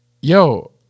yo